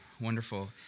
Wonderful